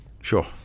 Sure